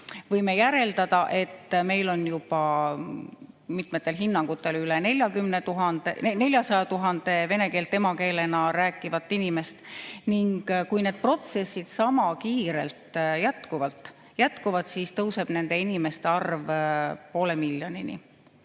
võime järeldada, et meil on mitmetel hinnangutel juba üle 400 000 vene keelt emakeelena rääkivat inimest ning kui need protsessid niisama kiirelt jätkuvad, siis tõuseb nende inimeste arv poole